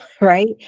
right